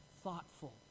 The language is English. thoughtful